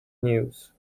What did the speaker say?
news